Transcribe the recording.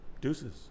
Deuces